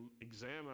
examine